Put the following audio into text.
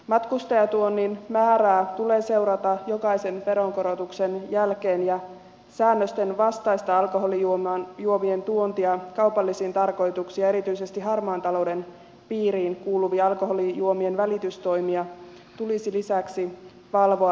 matkustajatuonnin määrää tulee seurata jokaisen veronkorotuksen jälkeen ja säännösten vastaista alkoholijuomien tuontia kaupallisiin tarkoituksiin ja erityisesti harmaan talouden piiriin kuuluvia alkoholijuomien välitystoimia tulisi lisäksi valvoa tehokkaasti